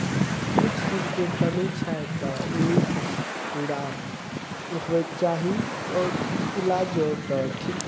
किछु चीजके कमी छै तऽ ओ पूरा होयके चाही आओर इलाज अर तऽ ठीक ठाक होइ छै